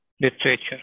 literature